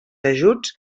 ajuts